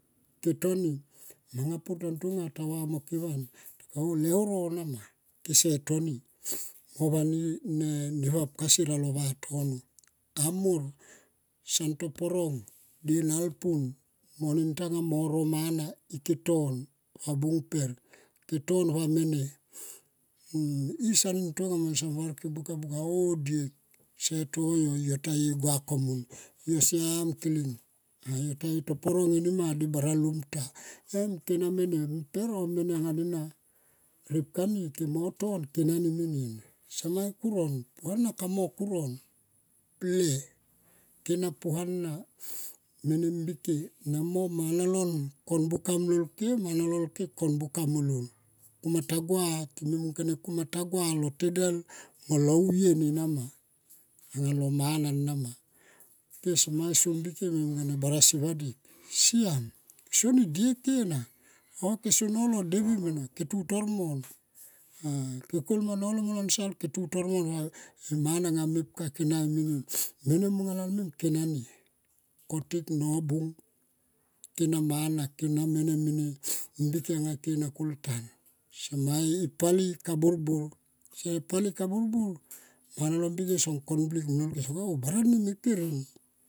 Ketoni manga pur ta tonga ta va mo ke va tamung kone oh leuro nama kese ton i mo vapka sier alo ne vatono ka mor son to porong ra nalpun nonen tanga mo ro mana i ke ton ho bung per oh mene. I san tonga son var ke buka buka oh diek yo ta ye gua komun yo siam kiling ah yo ta ye toporong enima va bara lum ta em kena me ne mpen oh mene nena ripka ni ke mo ton ke nani sema i kuron. Puana kamo kuron ble kena puana mene mbike mo manalon kon buka mlol ke mana lol ke kon buka molon. Kuma ta gu time mung kone kuma ta gua lo tedel mo lo vien emana anga lo mana na ma ke soma so mbike me mung kone bara siva dik. Sia seson i dieke na ke so nolo devim ena ke tutor mon a ke kolma nolo anga lo nsal ke tutor mon va e mana nga mepka ke nai menien. Mene manga lal mem ke nani. Kotik nobung ke na mana ke na mene mbike ke kolmtan seme i kaburbur se pali kaburbur mana lo mbike son kon blik molol ke som mung kone on barani me ker eni.